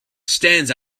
stands